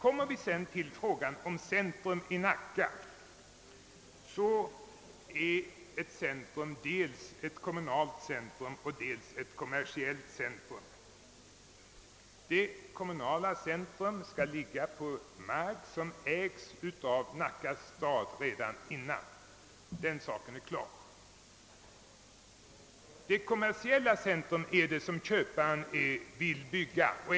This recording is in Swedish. Om vi därefter ser på frågan om centrum i Nacka är ett dylikt dels ett kommunalt och dels ett kommersiellt centrum. Det kommunala centrum skall ligga på mark som redan ägs av Nacka stad innan byggandet påbörjas, den saken är klar. Köparen vill bygga det kommersiella centrum.